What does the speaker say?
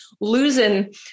losing